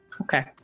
Okay